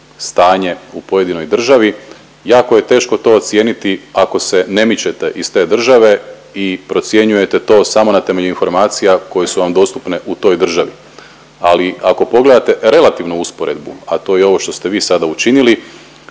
stanje u pojedinoj državi jako je teško to ocijeniti ako se ne mičete iz te države i procjenjujete to samo na temelju informacija koje su vam dostupne u toj državi, ali ako pogledate relativnu usporedbu a to je ovo što ste vi sada učinili